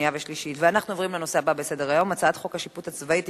אנחנו עוברים לתוצאות: 15 בעד,